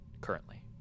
currently